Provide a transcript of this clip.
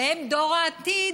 שהם דור העתיד,